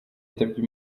yitabye